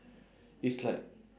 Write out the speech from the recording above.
it's like